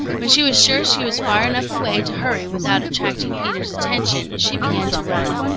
when she was sure she was far enough away to hurry without attracting peter's attention, she began to run.